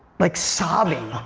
like sobbing.